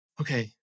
okay